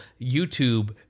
YouTube